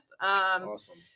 Awesome